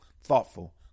thoughtful